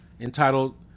entitled